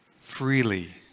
freely